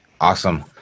Awesome